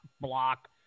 Block